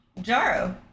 Jaro